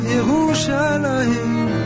Yerushalayim